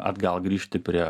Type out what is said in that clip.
atgal grįžti prie